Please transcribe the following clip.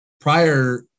Prior